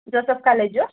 joseph college